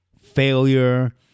failure